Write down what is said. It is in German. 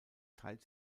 teilt